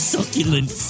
Succulent